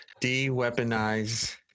De-weaponize